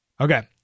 Okay